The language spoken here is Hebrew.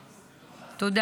חברים.